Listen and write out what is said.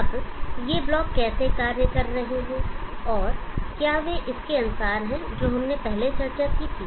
अब ये ब्लॉक कैसे कार्य कर रहे हैं और क्या वे इसके अनुसार हैं जो हमने पहले चर्चा की थी